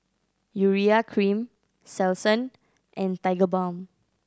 Urea Cream Selsun and Tigerbalm